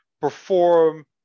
perform